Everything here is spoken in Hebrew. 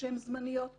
שהן זמניות מטבען,